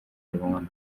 leone